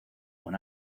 con